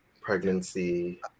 pregnancy